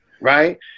right